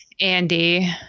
andy